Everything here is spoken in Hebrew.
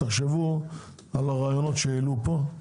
תחשבו על הרעיונות שהעלו פה,